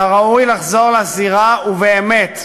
אתה ראוי לחזור לזירה, ובאמת.